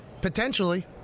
potentially